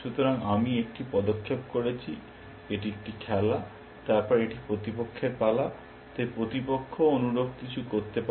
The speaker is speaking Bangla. সুতরাং আমি একটি পদক্ষেপ করেছি এবং এটি একটি খেলা তারপর এটি প্রতিপক্ষের পালা তাই প্রতিপক্ষও অনুরূপ কিছু করতে পারে